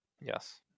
Yes